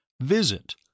visit